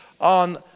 on